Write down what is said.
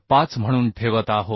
5 म्हणून ठेवत आहोत